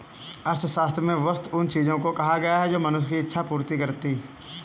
अर्थशास्त्र में वस्तु उन चीजों को कहा गया है जो मनुष्य की इक्षा पूर्ति करती हैं